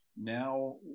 Now